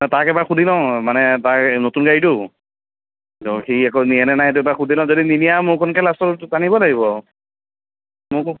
তাক এবাৰ সুধি লওঁ মানে তাৰ নতুন গাড়ীতো সি আকৌ নিয়েনে নাই সেইটো তাক সুধি লওঁ যদি নিনিয়ে আৰু মোৰ খনকে লাষ্টত টানিব লাগিব আৰু মোৰ